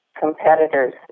competitors